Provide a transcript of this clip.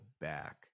back